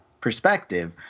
perspective